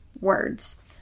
words